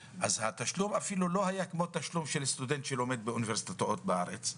התשלום אפילו לא היה כמו תשלום של סטודנט שלומד באוניברסיטאות בארץ.